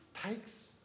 takes